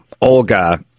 Olga